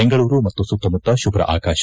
ಬೆಂಗಳೂರು ಮತ್ತು ಸುತ್ತಮುತ್ತ ಶುಭ್ರ ಆಕಾಶ